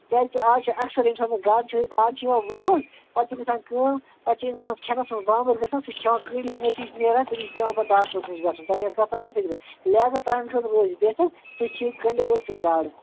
کیٛازِ کہِ اَز چھُ اَکثر ییٚمہِ ساتہٕ گاڈٕ چھُ گاڈٕ چھُ یِوان برٛونٛہہ کُن پَتہٕ چھُ گژھان کٲم پَتہٕ چھُ اِنسانَس کھٮ۪نَس منٛز بامبر گژھان سُہ چھُ کھٮ۪وان کٔنٛڈۍ ہٮ۪تھ نتیجہِ چھُ نیران تٔمِس چھُ پٮ۪وان پَتہٕ ڈاکٹرَس نِش گژھُن تۄہہِ چھا کَتھ تران فِکری لِہذا تُہنٛدِ خٲطرٕ روزِ بہتر تُہۍ کھیٚیِو کٔنٛڈٮ۪و روٚستُے گاڈٕ